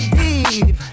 deep